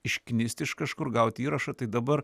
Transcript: išknisti iš kažkur gauti įrašą tai dabar